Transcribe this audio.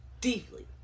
Deeply